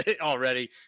already